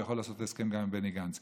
הוא יכול לעשות הסכם גם עם בני גנץ.